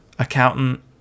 Accountant